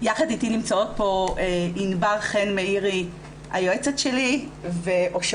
יחד איתי נמצאות פה ענבל חן מאירי היועצת שלי ואושרה